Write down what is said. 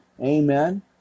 Amen